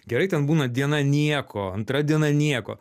gerai ten būna diena nieko antra diena nieko